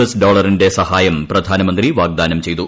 S ഡോളറിന്റെ സഹായം പ്രധാനമന്ത്രി വാഗ്ദാനം ചെയ്തു